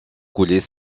couler